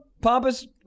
Pompous